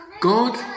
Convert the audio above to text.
God